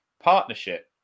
partnership